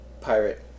pirate